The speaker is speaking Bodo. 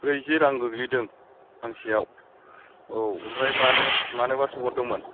ब्रैजि रां गोग्लैदों फांसेयाव औ ओमफ्राय मानो मानोबा सोंहरदोंमोन